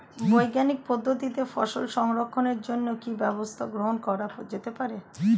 বৈজ্ঞানিক পদ্ধতিতে ফসল সংরক্ষণের জন্য কি ব্যবস্থা গ্রহণ করা যেতে পারে?